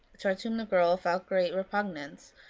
towards whom the girl felt great repugnance,